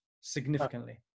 significantly